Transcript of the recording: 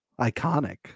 Iconic